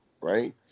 right